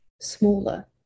smaller